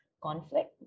conflict